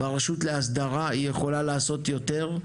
והרשות להסדרה יכולה לעשות יותר,